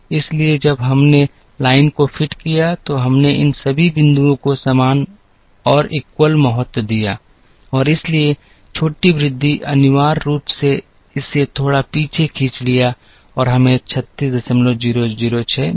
इसलिए जब हमने लाइन को फिट किया तो हमने इन सभी बिंदुओं को समान महत्व दिया और इसलिए छोटी वृद्धि अनिवार्य रूप से इसे थोड़ा पीछे खींच लिया और हमें 36066 मिला